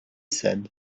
said